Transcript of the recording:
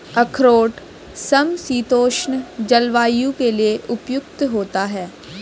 अखरोट समशीतोष्ण जलवायु के लिए उपयुक्त होता है